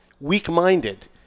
weak-minded